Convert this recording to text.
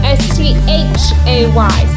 s-t-h-a-y